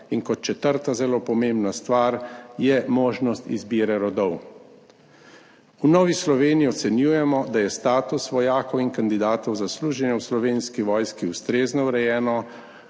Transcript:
In kot četrta, zelo pomembna stvar, je možnost izbire rodov. V Novi Sloveniji ocenjujemo, da je status vojakov in kandidatov za služenje v Slovenski vojski ustrezno urejen,